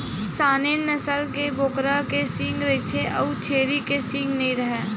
Saanen नसल के बोकरा के सींग रहिथे अउ छेरी के सींग नइ राहय